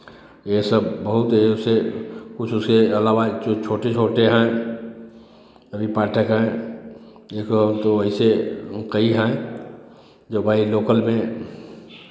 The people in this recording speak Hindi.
ये सब बहुत ऐसे कुछ उसे अलावा छोटे छोटे हैं हरि पाठक हैं एक और ऐसे कई हैं जो भाई लोकल में हैं